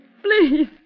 Please